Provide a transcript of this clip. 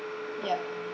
ya